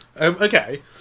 Okay